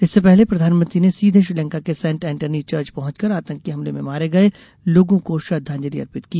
इससे पहले प्रधानमंत्री ने सीधे श्रीलंका के सेंट एंटनी चर्च पहुंचकर आतंकी हमले में मारे गये लोगों को श्रद्वांजलि अर्पित की